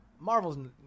Marvel's